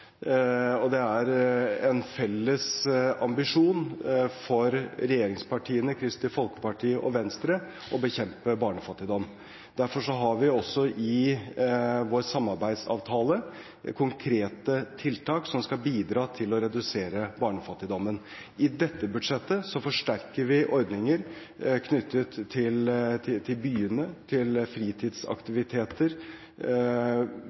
og det er en felles ambisjon for regjeringspartiene, Kristelig Folkeparti og Venstre å bekjempe barnefattigdom. Derfor har vi også i vår samarbeidsavtale konkrete tiltak som skal bidra til å redusere barnefattigdommen. I dette budsjettet forsterker vi ordninger knyttet til byene, til fritidsaktiviteter. Vi forsterker tiltak knyttet til